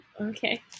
Okay